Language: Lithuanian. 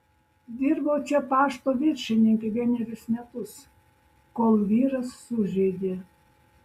dirbau čia pašto viršininke vienerius metus kol vyras sužeidė